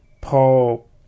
paul